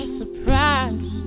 surprise